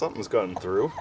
something's going through